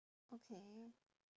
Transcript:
okay